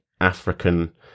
African